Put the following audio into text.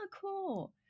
cool